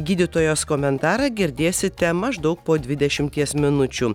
gydytojos komentarą girdėsite maždaug po dvidešimties minučių